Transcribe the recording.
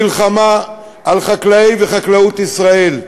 מלחמה על חקלאי וחקלאות ישראל.